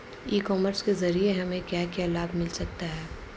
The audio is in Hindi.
ई कॉमर्स के ज़रिए हमें क्या क्या लाभ मिल सकता है?